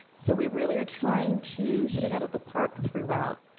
so we really are trying to hit it out of the park throughout.